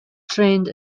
trained